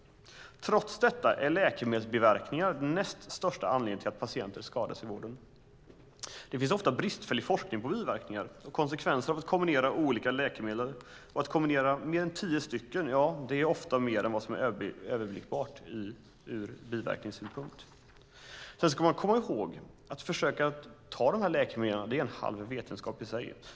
Trots detta är läkemedelsbiverkningar den näst största anledningen till att patienter skadas i vården. Det finns ofta bristfällig forskning på biverkningar och konsekvenser av att kombinera olika läkemedel, och att kombinera mer än tio stycken är ofta mer än vad som är överblickbart ur biverkningssynpunkt. Sedan ska man försöka komma ihåg att ta de här läkemedlen, vilket är en halv vetenskap i sig.